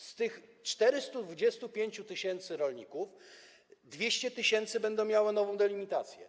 Z tych 425 tys. rolników 200 tys. będzie miało nową delimitację.